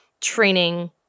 training